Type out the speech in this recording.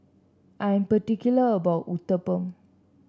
I'm particular about my Uthapam